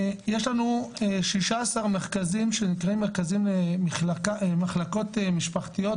יש לנו 16 מרכזים שנקראים מחלקות משפחתיות,